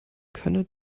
könne